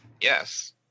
Yes